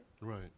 Right